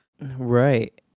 Right